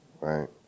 right